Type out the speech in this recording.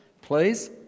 please